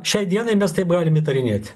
šiai dienai mes taip galim įtarinėt